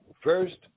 First